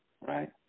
right